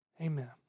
Amen